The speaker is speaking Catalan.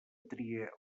tria